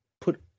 put